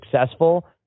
successful